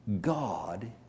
God